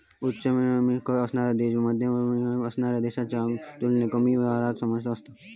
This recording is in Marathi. उच्च मिळकत असणाऱ्या देशांत मध्यम मिळकत असणाऱ्या देशांच्या तुलनेत कमी व्यापारी समस्या असतत